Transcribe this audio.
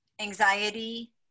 anxiety